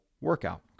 workout